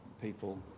people